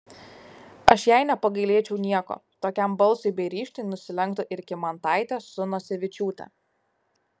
aš jai nepagailėčiau nieko tokiam balsui bei ryžtui nusilenktų ir kymantaitė su nosevičiūte